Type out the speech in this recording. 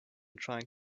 trying